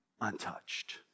untouched